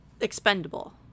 expendable